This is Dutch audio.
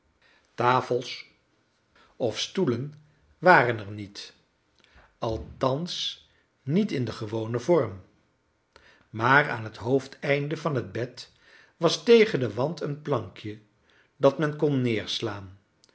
tafels of stoelen waren er niet althans niet in den gewonen vorm maar aan het hoofdeinde van het bed was tegen den wand een plankje dat men kon neerslaan